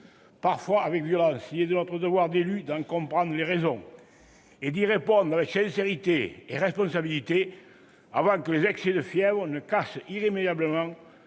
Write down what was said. parfois avec violence, il est de notre devoir d'élus d'en comprendre les raisons. Et d'y répondre avec sincérité et responsabilité, avant que les excès de fièvre ne cassent irrémédiablement